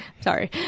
sorry